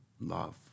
Love